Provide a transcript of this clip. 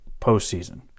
postseason